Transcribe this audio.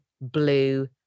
blue